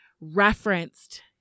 referenced